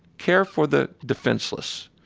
care for the defenseless,